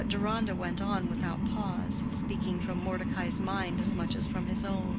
but deronda went on without pause, speaking from mordecai's mind as much as from his own,